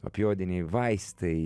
opioidiniai vaistai